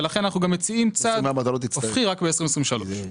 ולכן אנחנו גם מציעים צעד הופכי רק ב-2023.